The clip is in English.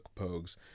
pogues